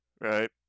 right